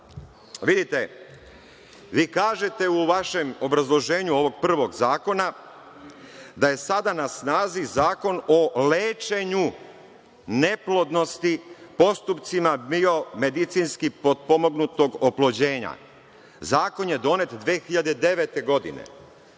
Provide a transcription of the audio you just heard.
dalje. Vidite, vi kažete u vašem obrazloženju ovog prvog zakona da je sada na snazi Zakon o lečenju neplodnosti postupcima biomedicinski potpomognutog oplođenja, Zakon je donet 2009. godine.